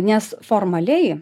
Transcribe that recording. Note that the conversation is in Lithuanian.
nes formaliai